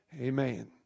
Amen